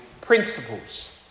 principles